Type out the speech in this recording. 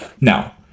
Now